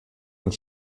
und